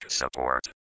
support